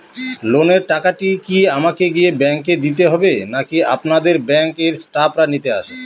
লোনের টাকাটি কি আমাকে গিয়ে ব্যাংক এ দিতে হবে নাকি আপনাদের ব্যাংক এর স্টাফরা নিতে আসে?